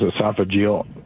esophageal